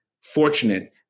fortunate